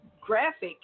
Graphic